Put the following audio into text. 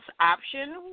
option